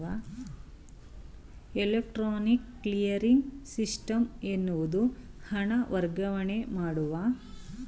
electronic clearing system ಎನ್ನುವುದು ಹಣ ವರ್ಗಾವಣೆ ಮಾಡುವ ವಿಧಾನವಾಗಿದೆ